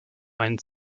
einen